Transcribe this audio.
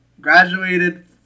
graduated